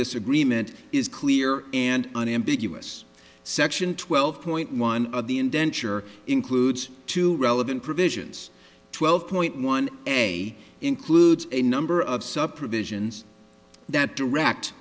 this agreement is clear and unambiguous section twelve point one of the indenture includes two relevant provisions twelve point one a includes a number of sup provisions that direct